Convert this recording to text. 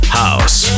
house